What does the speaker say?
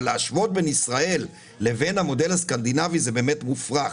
אבל להשוות בין ישראל לבין המודל הסקנדינבי זה באמת מופרך.